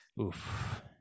Oof